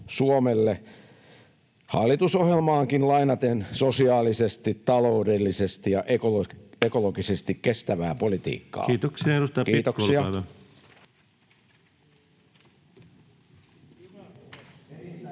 hallitusohjelmaakin lainaten — sosiaalisesti, taloudellisesti ja ekologisesti kestävää politiikkaa. — Kiitoksia. Kiitoksia.